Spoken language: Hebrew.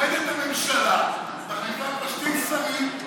עומדת הממשלה, מחליפה כבר שני שרים.